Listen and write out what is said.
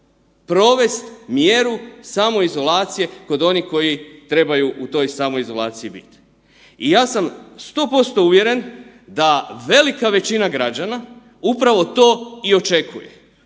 provest mjeru samoizolacije kod onih koji trebaju u toj samoizolaciji biti. I ja sam 100% uvjeren da velika većina građana upravo to i očekuje.